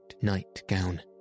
nightgown